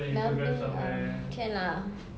melbourne um can lah